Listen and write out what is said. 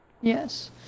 Yes